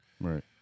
Right